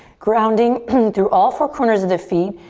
grounding and through all four corners of the feet,